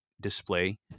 display